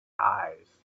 eyes